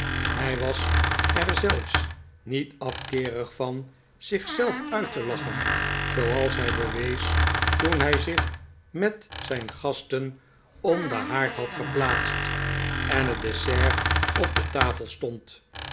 hij was er zelfs niet afkeerig van zich zelf uit te lachen zooals hij bewees toen hij zich met zijn gasten om den haard had geplaatst en het dessert op de tafel stond